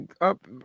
up